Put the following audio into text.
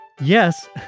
Yes